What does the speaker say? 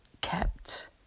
kept